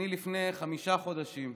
לפני חמישה חודשים,